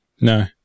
No